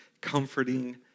comforting